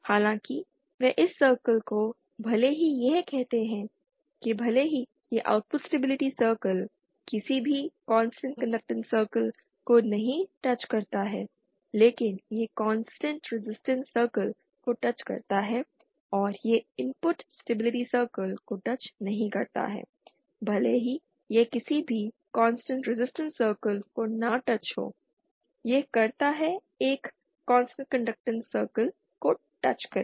हालाँकि वे इस सर्कल को भले ही यह कहते हैं कि भले ही यह आउटपुट स्टेबिलिटी सर्किल किसी भी कांस्टेंट कंडक्टैंस सर्कल को नहीं टच करता है लेकिन यह कांस्टेंट रेजिस्टेंस सर्कल को टच करता है और यह इनपुट स्टेबिलिटी सर्किल को टच नहीं करता है भले ही यह किसी भी कांस्टेंट रेजिस्टेंस सर्कल को न टच हो यह करता है एक कांस्टेंट कंडक्टैंस सर्कल को टच करें